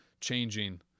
changing